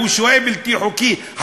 והוא שוהה בלתי חוקי,